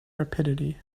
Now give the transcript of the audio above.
rapidity